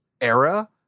era